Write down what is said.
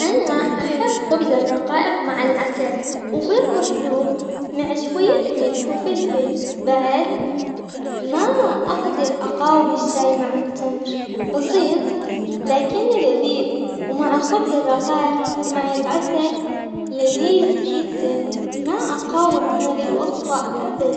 أول شي تحط شوية ماي وصب الخبز في المقلاة وتخليها تنقع شوية، بعدين تغلي الماي على النار هذا بيساعد يفك الأكل الملتصق الملتصق عن الوعاء بشكل بعدها بشكل أسهل، بعد ما ت- بعدها بتس- بتغسلها بسهولة.